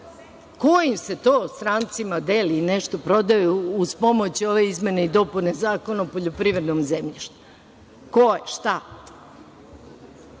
Kojim se to strancima deli nešto i prodaje uz pomoć ove izmene i dopune Zakona o poljoprivrednom zemljištu? Koje, šta?